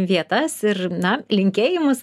vietas ir na linkėjimus